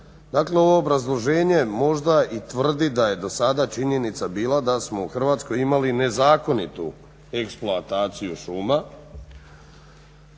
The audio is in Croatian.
Dakle ovo obrazloženje možda i tvrdi da je do sada činjenica bila da smo u Hrvatskoj imali nezakonitu eksploataciju šuma.